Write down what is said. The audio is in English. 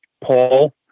Paul